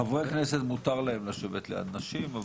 לחברי כנסת מותר לשבת ליד נשים,